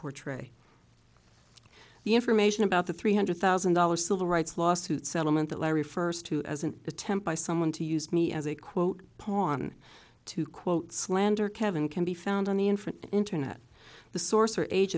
portray the information about the three hundred thousand dollars civil rights lawsuit settlement that larry first to as an attempt by someone to use me as a quote pawn to quote slander kevin can be found on the infant internet the source